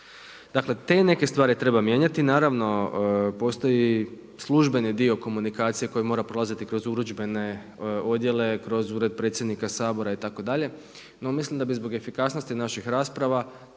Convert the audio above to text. Dakle, te neke stvari treba mijenjati. Naravno postoji službeni dio komunikacije koji mora prolaziti kroz urudžbene odjele, kroz Ured predsjednika Sabora itd. No, mislim da bi zbog efikasnosti naših rasprava,